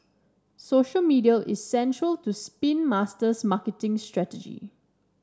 social media is central to Spin Master's marketing strategy